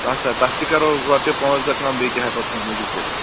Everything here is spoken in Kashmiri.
تَتھ ہا تَتھ تہِ کَرو رۄپیہِ پانٛژھ دہ کَم بیٚیہِ کیٛاہ ہٮ۪کو تُہٕنٛدِ موٗجوٗب کٔرِتھ